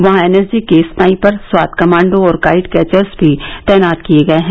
वहां N S G के sniper स्वात कमांडो और काईट कैचर्स भी तैनात किये गये हैं